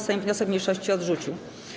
Sejm wniosek mniejszości odrzucił.